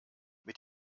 mit